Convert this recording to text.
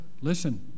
listen